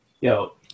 Yo